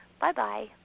Bye-bye